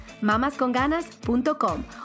mamasconganas.com